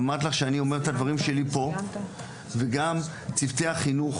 ואמרתי לך שאני אומר את הדברים שלי פה וגם צוותי החינוך